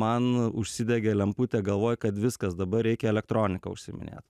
man užsidegė lemputė galvoju kad viskas dabar reikia elektronika užsiiminėt